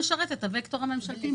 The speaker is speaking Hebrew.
הוקטור הממשלתי?